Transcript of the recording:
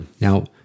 Now